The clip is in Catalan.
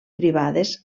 privades